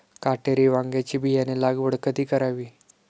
काटेरी वांग्याची बियाणे लागवड कधी करावी?